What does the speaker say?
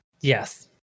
Yes